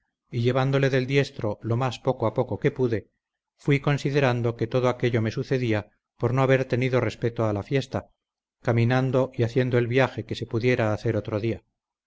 y llevándole del diestro lo más poco a poco que pude fuí considerando que todo aquello me sucedía por no haber tenido respeto a la fiesta caminando y haciendo el viaje que se pudiera hacer otro día